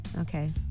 Okay